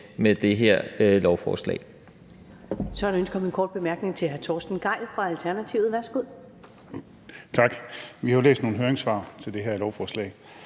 til det her lovforslag,